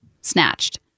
snatched